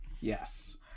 Yes